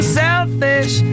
selfish